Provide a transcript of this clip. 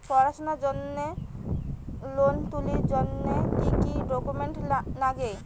পড়াশুনার জন্যে লোন তুলির জন্যে কি কি ডকুমেন্টস নাগে?